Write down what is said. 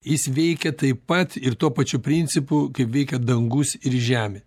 jis veikia taip pat ir tuo pačiu principu kaip veikia dangus ir žemė